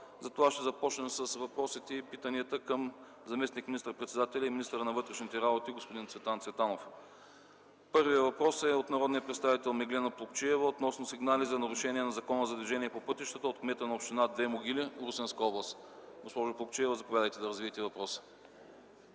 Затова ще започнем с въпросите и питанията към заместник-министър председателя и министър на вътрешните работи господин Цветан Цветанов. Първият въпрос е от народния представител Меглена Плугчиева относно сигнали за нарушение на Закона за движение по пътищата от кмета на община Две могили, Русенска област. Госпожо Плугчиева, заповядайте да развиете въпроса.